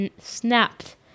snapped